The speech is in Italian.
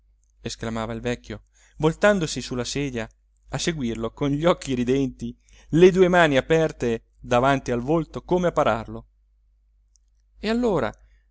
esclamava il vecchio voltandosi sulla sedia a seguirlo con gli occhi ridenti le due mani aperte davanti al volto come a pararlo e allora